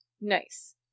Nice